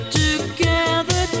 together